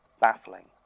baffling